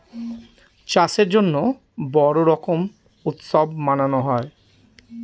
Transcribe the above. চাষের জন্য বড়ো রকম উৎসব মানানো হয়